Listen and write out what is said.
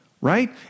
right